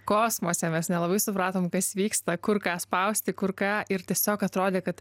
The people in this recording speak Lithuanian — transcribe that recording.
kosmose mes nelabai supratom kas vyksta kur ką spausti kur ką ir tiesiog atrodė kad